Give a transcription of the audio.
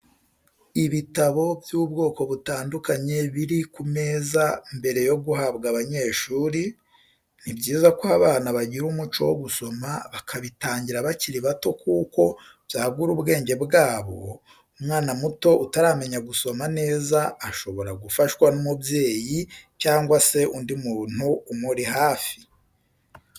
Ibitabo by'ubwoko butandukanye biri ku meza mbere yo guhabwa abanyeshuri, ni byiza ko abana bagira umuco wo gusoma bakabitangira bakiri bato kuko byagura ubwenge bwabo, umwana muto utaramenya gusoma neza, ashobora gufashwa n'umubyeyi cyangwa se undi muntu umuri hafi.